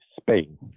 Spain